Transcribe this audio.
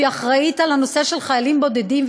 שהיא אחראית לנושא של חיילים בודדים,